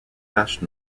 taches